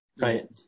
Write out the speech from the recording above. Right